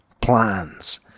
plans